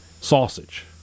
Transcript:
sausage